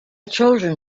children